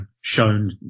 shown